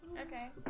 Okay